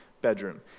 bedroom